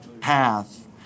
path